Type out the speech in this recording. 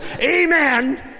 Amen